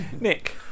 Nick